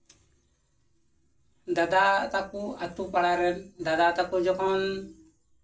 ᱫᱟᱫᱟ ᱛᱟᱠᱚ ᱟᱹᱛᱩ ᱯᱟᱲᱟ ᱨᱮᱱ ᱫᱟᱫᱟ ᱛᱟᱠᱚ ᱡᱚᱠᱷᱚᱱ